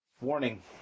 Warning